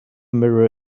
mirror